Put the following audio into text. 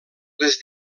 les